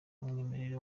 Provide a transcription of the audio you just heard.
umwimerere